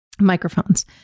microphones